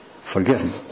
forgiven